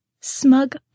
Smug